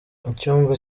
icyumba